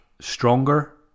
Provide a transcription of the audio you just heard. stronger